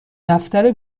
دفتر